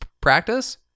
practice